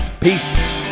Peace